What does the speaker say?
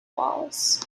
walls